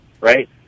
right